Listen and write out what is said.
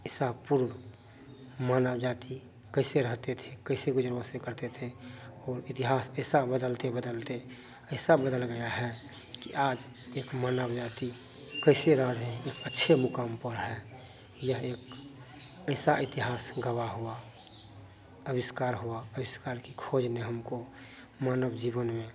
इसा पुर्व मानव जाती कैसे रहते थे कैसे गुज़र बसर करते थे और इतिहास ऐसा बदलते बदलते ऐसा बदल गया है कि आज एक मानव जाती कैसे रह रहें एक अच्छे मुक़ाम पर है यह एक ऐसा इतिहास गवाह हुआ अविष्कार हुआ अविष्कार की खोज ने हमको मानव जीवन में